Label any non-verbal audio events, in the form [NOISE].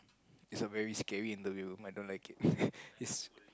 it's a very scary interview but I don't like it [LAUGHS] it's